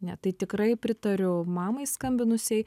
ne tai tikrai pritariu mamai skambinusiai